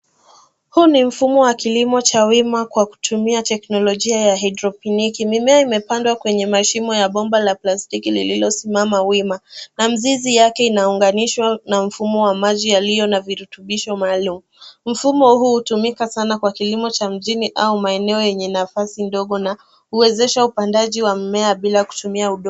Huu ni mfumo wa kilimo cha wima kwa kutumia teknolojia ya hydroponiki. Mimea imepandwa kwenye mashimo ya bomba la plastiki lililosimama wima na mizizi yake inaunganishwa na mfumo wa maji yaliyo na virutubisho maalum. Mfumo huu hutumika sana kwa kilimo cha mjini au maeneo ya nafasi ndogo na huwezesha upandaji wa mimea bila kutumia udongo.